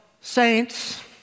saints